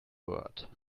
word